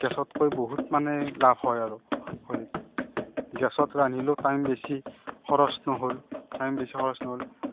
গেছতকৈ বহুত মানে লাভ হয় আৰু খৰিত গেছত ৰান্ধিলেও টাইম বেছি খৰচ নহ'ল টাইম বেছি খৰচ নহ'ল